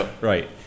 Right